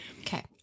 Okay